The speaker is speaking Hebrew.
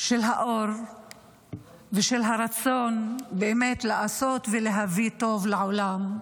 של האור ושל הרצון באמת לעשות ולהביא טוב לעולם,